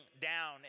down